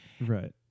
Right